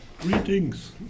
Greetings